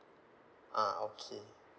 ah okay